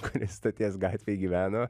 kuris stoties gatvėj gyveno